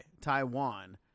Taiwan